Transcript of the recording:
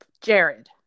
Jared